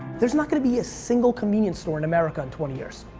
there's not gonna be a single convenience store in america in twenty years.